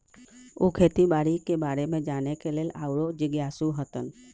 उ खेती बाड़ी के बारे में जाने के लेल आउरो जिज्ञासु हतन